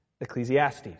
Ecclesiastes